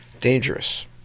dangerous